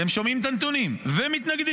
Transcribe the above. הם שומעים את הנתונים ומתנגדים.